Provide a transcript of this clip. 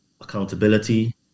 accountability